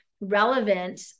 relevant